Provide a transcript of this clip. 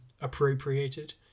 appropriated